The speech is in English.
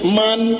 man